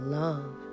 love